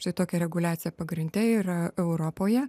štai tokia reguliacija pagrinde yra europoje